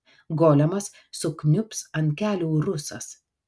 golemas sukniubs ant kelių rusas